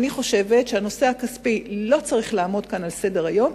אני חושבת שהנושא הכספי לא צריך לעמוד כאן על סדר-היום,